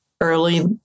early